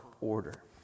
order